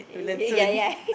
yeah yeah